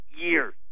years